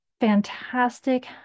fantastic